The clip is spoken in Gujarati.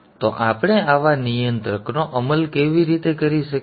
તો આપણે આવા નિયંત્રકનો અમલ કેવી રીતે કરી શકીએ